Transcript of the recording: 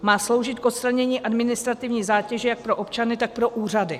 Má sloužit k odstranění administrativní zátěže jak pro občany, tak pro úřady.